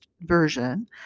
version